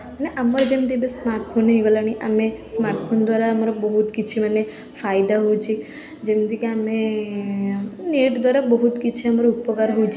ମାନେ ଆମର ଯେମିତି ଏବେ ସ୍ମାର୍ଟ୍ଫୋନ୍ ହେଇଗଲାଣି ଆମେ ସ୍ମାର୍ଟ୍ଫୋନ୍ ଦ୍ୱାରା ଆମର ବହୁତ କିଛି ମାନେ ଫାଇଦା ହେଉଛି ଯେମିତିକି ଆମେ ନେଟ୍ ଦ୍ୱାରା ବହୁତ କିଛି ଆମର ଉପକାର ହେଉଛି